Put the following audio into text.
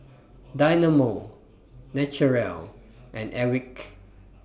Dynamo Naturel and Airwick